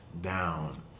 down